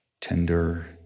tender